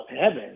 heaven